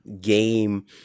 game